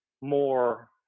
more